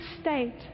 state